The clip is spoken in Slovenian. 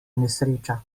nesreča